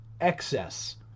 excess